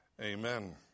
amen